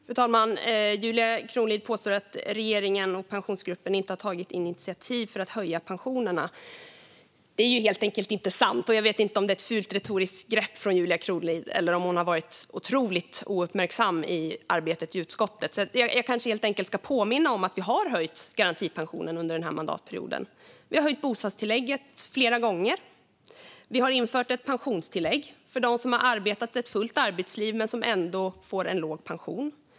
Fru talman! Julia Kronlid påstår att regeringen och Pensionsgruppen inte har tagit initiativ för att höja pensionerna. Det är helt enkelt inte sant, och jag vet inte om det är ett fult retoriskt grepp från Julia Kronlid eller om hon har varit otroligt ouppmärksam i arbetet i utskottet. Jag kanske helt enkelt ska påminna om att vi har höjt garantipensionen under mandatperioden. Vi har höjt bostadstillägget flera gånger, och vi har infört ett pensionstillägg för dem som har arbetat ett fullt arbetsliv men som ändå får en låg pension.